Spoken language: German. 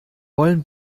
wollen